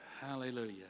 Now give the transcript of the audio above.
Hallelujah